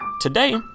Today